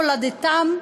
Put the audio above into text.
מולדתם,